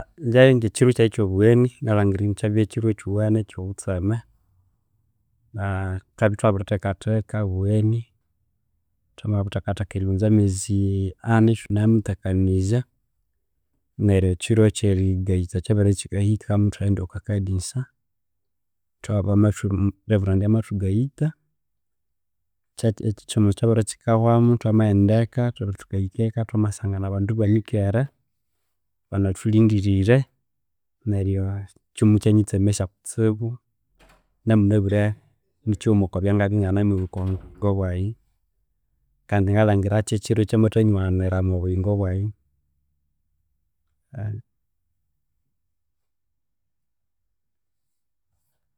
Ngaye, ngekiro kyaghe ekyo bugheni ngalhangira ekyabya kiro ekyuwene ekyo butseme thwabya ethwabirithekatheka obugheni thwamabuthekatheka erighunza amezi ani ethunemuthekanizya neryu ekiro ekyergayithwa kyabere kyakahika muthwa ghenda okwa kanisa thwa bamuthu reverand amathugayitha ekisomo kyabere kikahwamu thwamaghenda eka thwabere thukahika eka thwamasangana abandu ebanikere ebanathulhindirire neryo ekyo mukya nitsemesya kutsibu namu na bwire nikighuma okwa byangabya enganimubuka omwa buyingo bwaghe kandi ngalhangira kye kiro ekyamathanyiwanira omwa buyingo bwaghe.